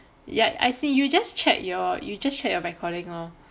ya as in you just check your you just share a recording lor